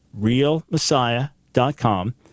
realmessiah.com